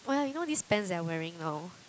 !walao! you know these pants that I'm wearing now